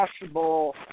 possible